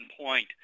point